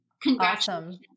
congratulations